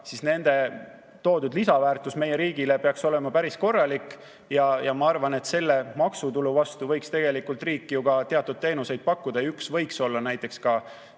siis nende toodud lisaväärtus meie riigile peaks olema päris korralik. Ma arvan, et selle maksutulu vastu võiks tegelikult riik ju ka teatud teenuseid pakkuda, ja üks neist võiks olla ka seesama